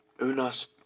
Unas